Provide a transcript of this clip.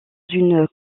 une